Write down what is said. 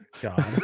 God